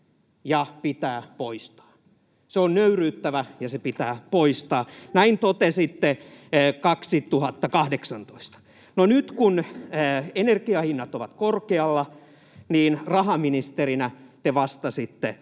ja pitää poistaa.” Se on nöyryyttävä, ja se pitää poistaa — näin totesitte 2018. No nyt kun energiahinnat ovat korkealla, niin rahaministerinä te vastasitte: